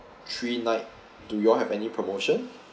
three night do you all have any promotion